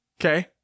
Okay